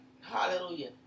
hallelujah